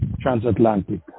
transatlantic